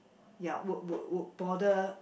ya would would would bother